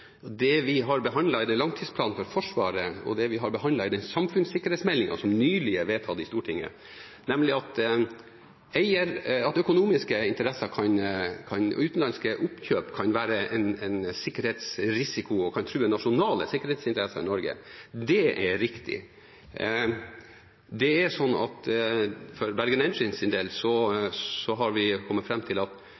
det vi har behandlet i langtidsplanen for Forsvaret, og det vi har behandlet i den samfunnssikkerhetsmeldingen som nylig er vedtatt i Stortinget, nemlig at økonomiske interesser og utenlandske oppkjøp kan være en sikkerhetsrisiko og kan true nasjonale sikkerhetsinteresser i Norge, er riktig. Det er sånn at for Bergen Engines’ del